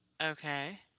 Okay